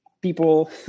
people